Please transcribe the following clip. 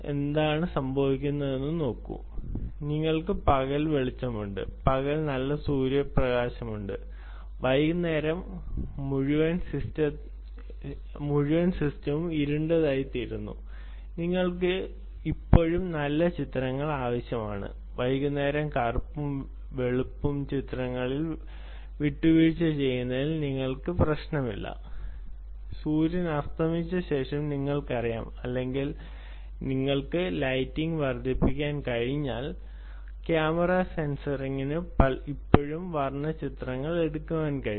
എന്താണ് സംഭവിക്കുന്നതെന്ന് നോക്കൂ നിങ്ങൾക്ക് പകൽ വെളിച്ചമുണ്ട് പകൽ നല്ല സൂര്യപ്രകാശമുണ്ട് വൈകുന്നേരം മുഴുവൻ സിസ്റ്റവും ഇരുണ്ടതായിത്തീരുന്നു നിങ്ങൾക്ക് ഇപ്പോഴും നല്ല ചിത്രങ്ങൾ ആവശ്യമാണ് വൈകുന്നേരം കറുപ്പും വെളുപ്പും ചിത്രങ്ങളിൽ വിട്ടുവീഴ്ച ചെയ്യുന്നതിൽ നിങ്ങൾക്ക് പ്രശ്നമില്ല സൂര്യൻ അസ്തമിച്ചതിനുശേഷം നിങ്ങൾക്കറിയാം അല്ലെങ്കിൽ നിങ്ങൾക്ക് ലൈറ്റിംഗ് വർദ്ധിപ്പിക്കാൻ കഴിഞ്ഞാൽ ക്യാമറ സെൻസറിന് ഇപ്പോഴും വർണ്ണ ചിത്രങ്ങൾ എടുക്കാൻ കഴിയും